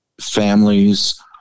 families